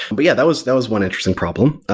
but, yeah, that was that was one interesting problem.